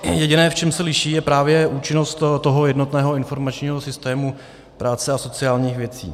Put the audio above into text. Jediné, v čem se liší, je právě účinnost toho jednotného informačního systému práce a sociálních věcí.